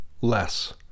less